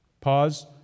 Pause